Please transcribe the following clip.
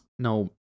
No